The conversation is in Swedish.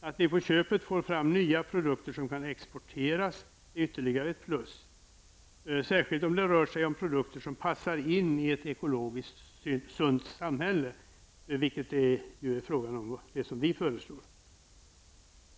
Att vi på köpet kan få fram nya produkter som kan exporteras är ett ytterligare plus, särskilt som det rör sig om produkter som passar in i ett ekologiskt sunt samhälle, vilket det ju blir fråga om med vårt förslag.